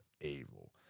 Evil